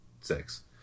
six